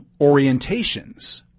orientations